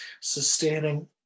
sustaining